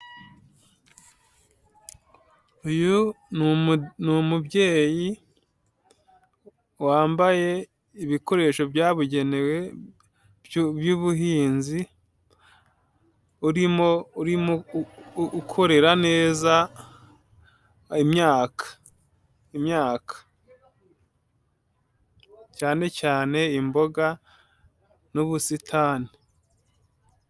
Uyu numubyeyi wambaye ibikoresho byabugenewe by'ubuhinzi, urimo ukorera neza imyaka, cyane cyane imboga n'ubusitani.